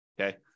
okay